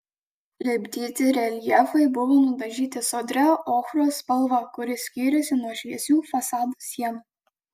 lipdyti reljefai buvo nudažyti sodria ochros spalva kuri skyrėsi nuo šviesių fasado sienų